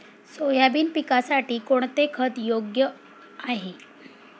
Soybean पिकासाठी कोणते खत योग्य आहे?